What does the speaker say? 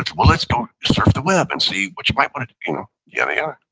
well, let's go surf the web and see what you might want to, you know, yada, yada.